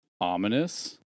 ominous